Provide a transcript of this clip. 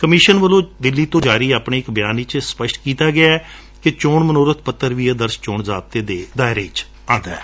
commission ਵੱਲੋਂ ਨਵੀਂ ਦਿੱਲੀ ਤੋਂ ਜਾਰੀ ਆਪਣੇ ਇਕ ਬਿਆਨ ਵਿਚ ਸਪਸ਼ਟ ਕੀਤਾ ਗਿਐ ਕਿ ਚੋਣ ਮਨੋਰਥ ਪੱਤਰ ਵੀ ਆਦਰਸ਼ ਚੋਣ ਜਾਬਤੇ ਦੇ ਦਾਇਰੇ ਵਿਚ ਆਉਂਦੇ ਨੇ